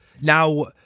Now